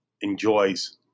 enjoys